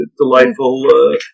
delightful